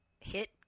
hit